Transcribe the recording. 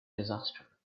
disaster